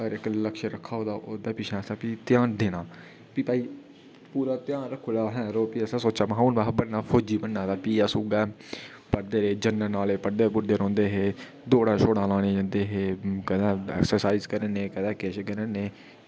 म्हाराज इक्क लक्ष्य रक्खे दा होग ते भी इस पास्सै ध्यान देना भी भई पूरा ध्यान रक्खी ओड़ेआ असें भी असें सोचेआ महां हू'न असें फौजी बनना उ'ऐ पढ़दे रेह् जनरल नॉलेज पढ़दे रौहंदे हे दौड़ां लानै ई ते कदें ऐक्सर्साइज करने कदें किश